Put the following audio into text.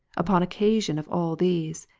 upon occasion of all these,